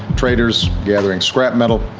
traders gathering scrap metal,